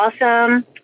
awesome